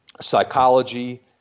psychology